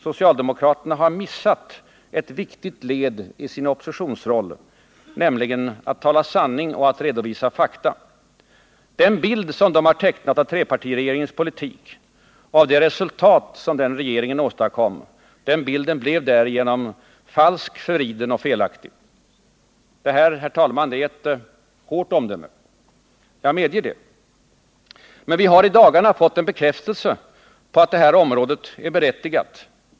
Socialdemokraterna har missat ett viktigt led i sin oppositionsroll, nämligen att tala sanning och att redovisa fakta. Den bild de tecknat av trepartiregeringens politik och av de resultat den åstadkom, blev därigenom falsk, förvriden och felaktig. Detta är, herr talman, ett hårt omdöme. Jag medger det. Men vi har i dagarna fått en bekräftelse på att omdömet är berättigat.